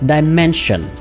Dimension